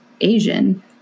Asian